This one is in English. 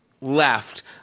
left